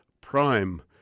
prime